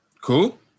cool